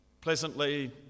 pleasantly